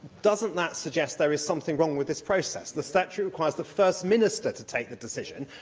doesn't that suggest there is something wrong with this process? the statute requires the first minister to take the decision,